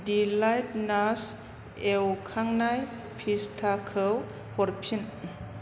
delight नास एवखांनाय फिस्टाखौ हरफिन